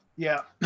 yeah.